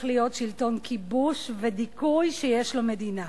להיות שלטון כיבוש ודיכוי שיש לו מדינה.